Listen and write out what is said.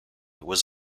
was